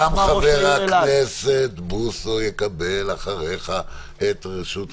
גם חבר הכנסת בוסו יקבל אחריך את רשות הדיבור.